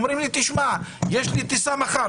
אומרים לי יש לי טיסה מחר,